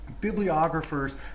bibliographers